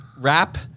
rap